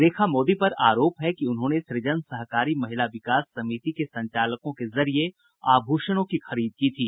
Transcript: रेखा मोदी पर आरोप है कि उन्होंने सूजन सहकारी महिला विकास समिति के संचालकों के जरिये आभूषणों की खरीद की थी